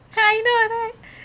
I know right